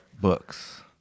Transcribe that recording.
books